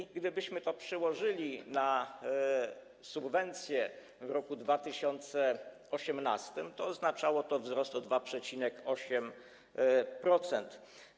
I gdybyśmy to przełożyli na subwencje w roku 2018, oznaczało to wzrost o 2,8%.